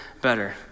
better